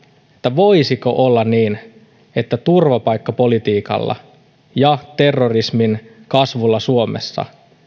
voisiko olla niin että turvapaikkapolitiikalla ja terrorismin kasvulla suomessa